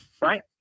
right